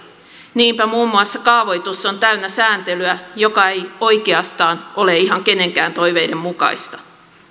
niinpä muun muassa kaavoitus on täynnä sääntelyä joka ei oikeastaan ole ihan kenenkään toiveiden mukaista